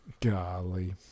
golly